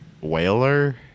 whaler